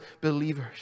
believers